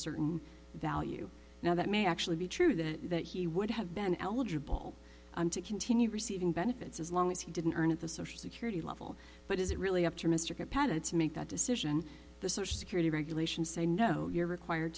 certain value now that may actually be true that he would have been eligible to continue receiving benefits as long as he didn't earn at the social security level but is it really up to mr padded to make that decision the search security regulations say no you're required